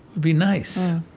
be nice,